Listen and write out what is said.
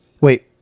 Wait